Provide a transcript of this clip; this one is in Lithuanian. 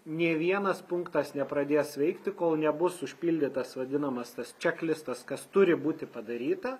nė vienas punktas nepradės veikti kol nebus užpildytas vadinamas tas čeklistas kas turi būti padaryta